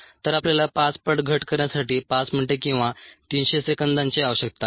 तर आपल्याला 5 पट घट करण्यासाठी 5 मिनिटे किंवा 300 सेकंदांची आवश्यकता आहे